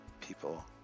people